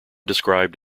described